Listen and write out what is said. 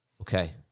Okay